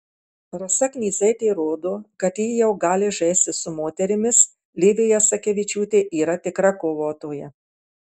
rasa knyzaitė rodo kad ji jau gali žaisti su moterimis livija sakevičiūtė yra tikra kovotoja